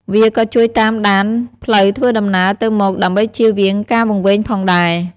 វាក៏ជួយតាមដានផ្លូវធ្វើដំណើរទៅមកដើម្បីជៀសវាងការវង្វេងផងដែរ។